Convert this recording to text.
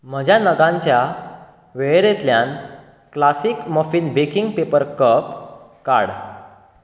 म्हज्या नगांच्या वेळेरेंतल्यान classic muffin baking paper cup काड